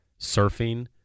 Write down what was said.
surfing